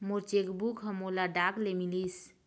मोर check book ह मोला डाक ले मिलिस